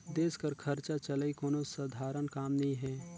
देस कर खरचा चलई कोनो सधारन काम नी हे